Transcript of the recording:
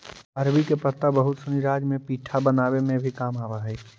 अरबी के पत्ता बहुत सनी राज्य में पीठा बनावे में भी काम आवऽ हई